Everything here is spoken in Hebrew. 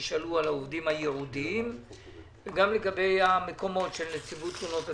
שנשאלו על העובדים הייעודיים והמקומות של נציבות תלונות הציבור.